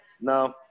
no